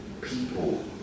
people